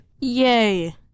Yay